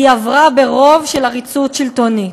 היא עברה ברוב של עריצות שלטונית,